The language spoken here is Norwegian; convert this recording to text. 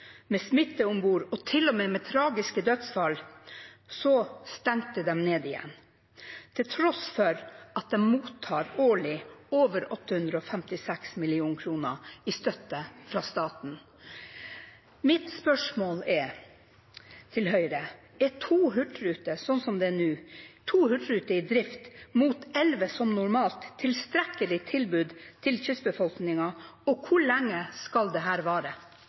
med smitte om bord og til og med med tragiske dødsfall, stengte de ned igjen, til tross for at de årlig mottar over 856 mill. kr i støtte fra staten. Mitt spørsmål til Høyre er: Er to hurtigruteskip i drift, slik som det er nå, mot elleve, som normalt, et tilstrekkelig tilbud til kystbefolkningen – og hvor lenge skal